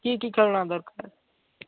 କି କି ଖେଳଣା ଦରକାର